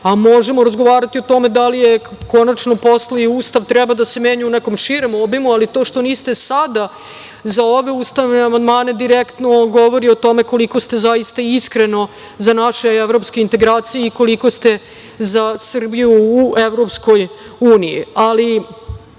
a možemo razgovarati o tome da li konačno Ustav treba da se menja u nekom širem obimu, ali to što niste sada za ove ustavne amandmane, direktno govori o tome koliko ste zaista iskreno za naše evropske integracije i koliko ste za Srbiju u EU. To je stvar,